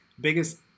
biggest